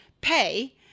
pay